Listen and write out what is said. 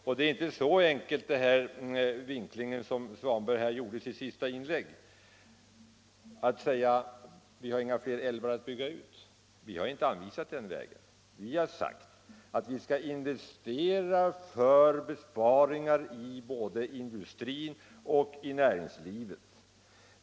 Det hela är inte så enkelt som herr Svanberg lät förstå genom sin vinkling i det sista inlägget, där han framhöll att det inte finns fler älvar att bygga ut. Vi har inte anvisat den vägen, utan vi har sagt att investeringar skall göras för besparingar i både industrin och näringslivet i övrigt.